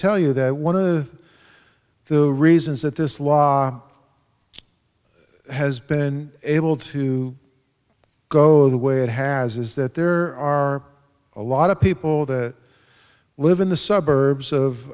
tell you that one of the reasons that this law has been able to go the way it has is that there are a lot of people that live in the suburbs of